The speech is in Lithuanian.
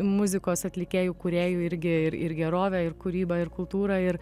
muzikos atlikėjų kūrėjų irgi ir ir gerovę ir kūrybą ir kultūrą ir